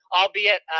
albeit